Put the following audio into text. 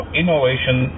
innovation